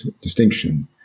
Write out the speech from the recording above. distinction